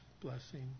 blessing